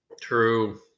true